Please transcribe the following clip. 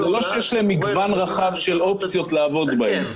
אז אין מגוון רחב של אופציות לעבוד בהן.